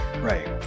Right